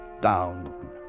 Down